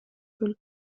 бөлүп